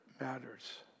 matters